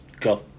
Go